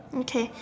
okay